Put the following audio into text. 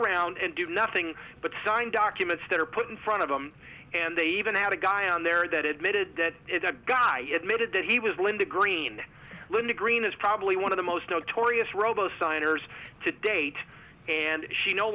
around and do nothing but sign documents that are put in front of them and they even had a guy on there that admitted that guy had made it that he was linda green linda green is probably one of the most notorious robo signing hers to date and she no